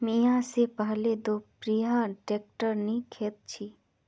मी या से पहले दोपहिया ट्रैक्टर नी देखे छी